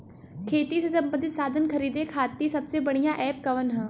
खेती से सबंधित साधन खरीदे खाती सबसे बढ़ियां एप कवन ह?